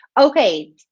Okay